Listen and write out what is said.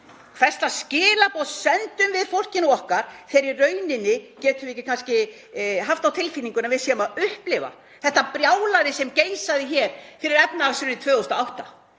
Hvers lags skilaboð sendum við fólkinu okkar þegar við í rauninni getum ekki kannski haft á tilfinningunni að við séum að upplifa þetta brjálæði sem geisaði hér fyrir efnahagshrunið 2008,